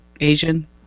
Asian